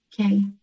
Okay